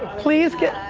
please get